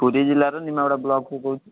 ପୁରୀ ଜିଲ୍ଲାର ନିମାପଡ଼ା ବ୍ଲକ୍ରୁ କହୁଛି